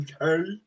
okay